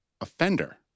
offender